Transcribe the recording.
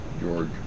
George